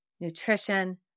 nutrition